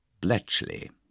Bletchley